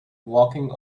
walking